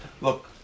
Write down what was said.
Look